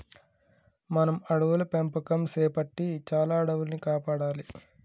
మనం అడవుల పెంపకం సేపట్టి చాలా అడవుల్ని కాపాడాలి